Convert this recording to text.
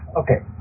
okay